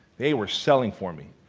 they were selling for me.